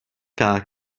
gar